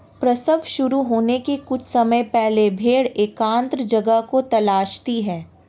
प्रसव शुरू होने के कुछ समय पहले भेड़ एकांत जगह को तलाशती है